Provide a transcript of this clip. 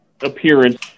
appearance